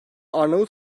arnavut